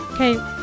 Okay